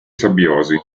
sabbiosi